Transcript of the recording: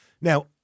Now